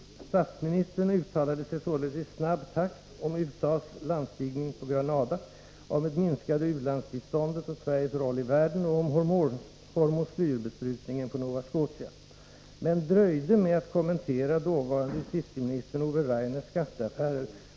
Statsministern uttalade sig således i snabb takt om USAs landstigning på Grenada, om det minskade u-landsbiståndet och Sveriges roll i världen och om hormoslyrbesprutning på Nova Scotia. Men dröjde med att kommentera dåvarande justitieministern Ove Rainers skatteaffärer.